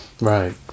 Right